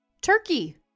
turkey